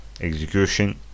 execution